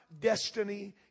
destiny